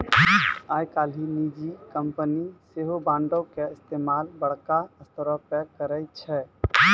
आइ काल्हि निजी कंपनी सेहो बांडो के इस्तेमाल बड़का स्तरो पे करै छै